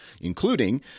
including